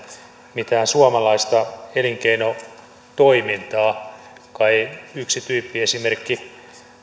mitään suomalaista elinkeinotoimintaa kai yksi tyyppiesimerkki